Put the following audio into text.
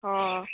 ହଁ